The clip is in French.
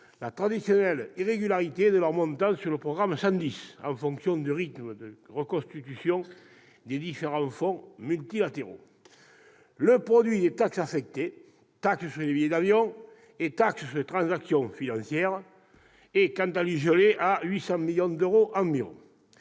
la traditionnelle irrégularité de leur montant au sein du programme 110, en fonction du rythme de reconstitution des différents fonds multilatéraux. Le produit des taxes affectées- taxe sur les billets d'avion et taxe sur les transactions financières -est quant à lui gelé à 800 millions d'euros environ.